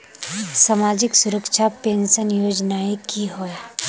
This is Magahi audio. सामाजिक सुरक्षा पेंशन योजनाएँ की होय?